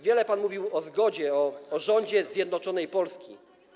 Wiele pan mówił o zgodzie, o rządzie zjednoczonej Polski.